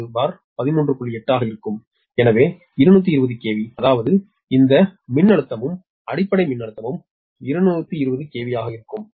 8 ஆக இருக்கும் எனவே 220 KV அதாவது இந்த வரி மின்னழுத்தமும் அடிப்படை மின்னழுத்தம் 220 KV ஆக இருக்கும்